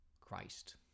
Christ